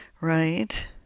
right